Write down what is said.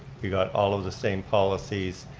we got all of the same policies,